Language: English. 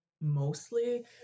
mostly